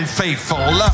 faithful